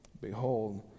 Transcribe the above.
Behold